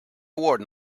award